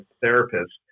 therapist